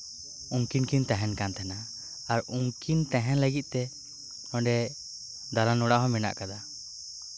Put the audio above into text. ᱩᱱᱠᱤᱱ ᱠᱤᱱ ᱛᱟᱦᱮᱱ ᱠᱟᱱ ᱛᱟᱦᱮᱱᱟ ᱟᱨ ᱩᱱᱠᱤᱱ ᱛᱟᱦᱮᱱ ᱞᱟᱹᱜᱤᱫ ᱛᱮ ᱚᱸᱰᱮ ᱫᱚᱞᱟᱱ ᱚᱲᱟᱜ ᱦᱚᱸ ᱢᱮᱱᱟᱜ ᱟᱠᱟᱫᱟ